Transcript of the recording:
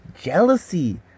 jealousy